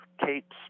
Kate's